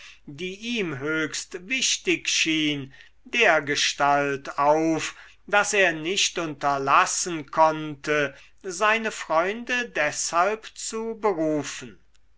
die ihm höchst wichtig schien dergestalt auf daß er nicht unterlassen konnte seine freunde deshalb zu berufen